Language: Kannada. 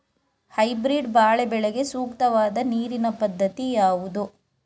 ಹೈಬ್ರೀಡ್ ಬಾಳೆ ಬೆಳೆಗೆ ಸೂಕ್ತವಾದ ನೀರಿನ ಪದ್ಧತಿ ಯಾವುದು?